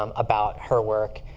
um about her work.